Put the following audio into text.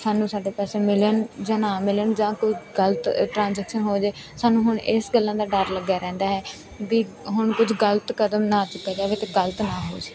ਸਾਨੂੰ ਸਾਡੇ ਪੈਸੇ ਮਿਲਣ ਜਾਂ ਨਾ ਮਿਲਣ ਜਾਂ ਕੋਈ ਗਲਤ ਟਰਾਂਜੈਕਸ਼ਨ ਹੋ ਜੇ ਸਾਨੂੰ ਹੁਣ ਇਸ ਗੱਲਾਂ ਦਾ ਡਰ ਲੱਗਿਆ ਰਹਿੰਦਾ ਹੈ ਵੀ ਹੁਣ ਕੁਝ ਗਲਤ ਕਦਮ ਨਾ ਚੁੱਕਿਆ ਜਾਵੇ ਅਤੇ ਗਲਤ ਨਾ ਹੋਜੇ